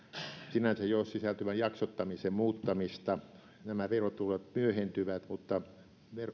sinänsä jo sisältyvän jaksottamisen muuttamista nämä verotulot myöhentyvät mutta